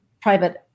private